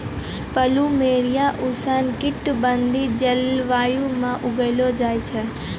plumeria उष्ण कटिबंधीय जलवायु म उगैलो जाय छै